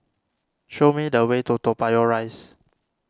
show me the way to Toa Payoh Rise